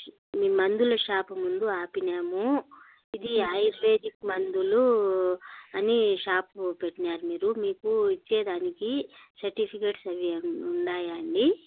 మీ మందుల షాపు ముందు ఆపినాము ఇది ఆయుర్వేదిక్ మందులు అని షాపు పెట్టిన మీరు మీకు ఇచ్చేదానికి సర్టిఫికేట్స్ అవి ఉన్నాయి అండి